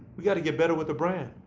we've got to get better with the brand.